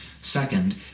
Second